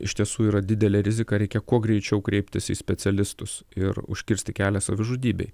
iš tiesų yra didelė rizika reikia kuo greičiau kreiptis į specialistus ir užkirsti kelią savižudybei